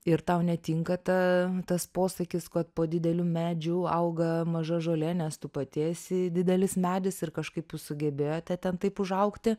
ir tau netinka ta tas posakis kad po dideliu medžiu auga maža žolė nes tu pati esi didelis medis ir kažkaip jūs sugebėjote ten taip užaugti